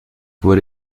wurde